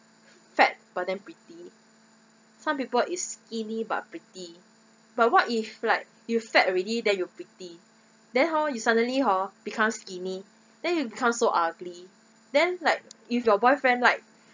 fat but then pretty some people is skinny but pretty but what if like you fat already then you pretty then how you suddenly hor become skinny then you become so ugly then like if your boyfriend like